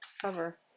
cover